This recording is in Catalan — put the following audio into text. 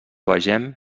vegem